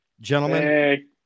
Gentlemen